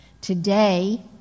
Today